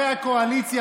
הקואליציה,